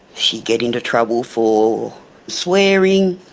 she got into trouble for swearing,